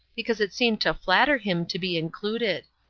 because it seemed to flatter him to be included.